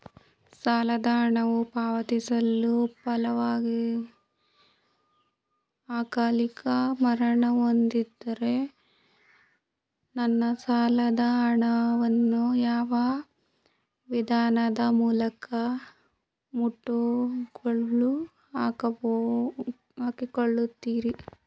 ಸಾಲದ ಹಣವು ಪಾವತಿಸಲು ವಿಫಲವಾಗಿ ಅಕಾಲಿಕ ಮರಣ ಹೊಂದಿದ್ದರೆ ನನ್ನ ಸಾಲದ ಹಣವನ್ನು ಯಾವ ವಿಧಾನದ ಮೂಲಕ ಮುಟ್ಟುಗೋಲು ಹಾಕಿಕೊಳ್ಳುತೀರಿ?